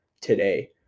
today